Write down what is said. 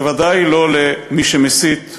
בוודאי לא למי שמסית להשמידנו.